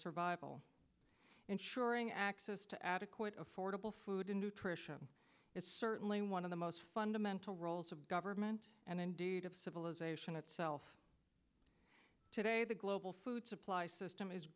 survival ensuring access to adequate affordable food and nutrition is certainly one of the most fundamental roles of government and indeed of civilization itself today the global food supply